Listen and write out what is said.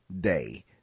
day